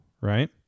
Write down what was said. right